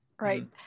right